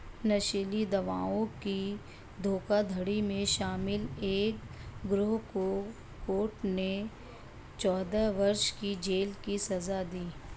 नशीली दवाओं की धोखाधड़ी में शामिल एक गिरोह को कोर्ट ने चौदह वर्ष की जेल की सज़ा दी